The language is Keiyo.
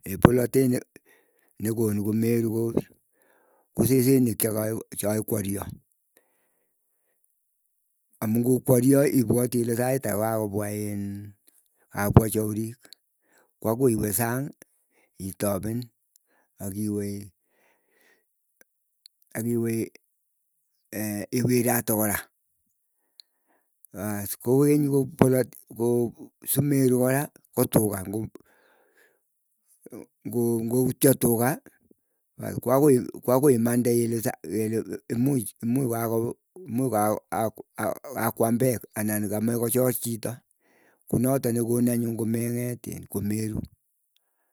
polatet nekonu ko merukor ko sesenik chekaikwario, amuu ngokwario ipwati kole sait ake kokakopwa iin kakopwa chorik. Ko agoi iwee sang'ii itapen akiwe akiwe eeiwirate kora. Kokeny koo simeru kora koo tuga ngoutio tuga koagoi imannde imuuch kakwam peek anan komeche kochor chito. Konotok nekonin anyun komeng'etiin komeru.